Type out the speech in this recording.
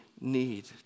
need